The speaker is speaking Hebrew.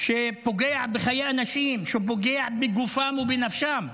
שפוגע בחיי אנשים, שפוגע בגופם ובנפשם.